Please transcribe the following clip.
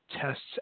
tests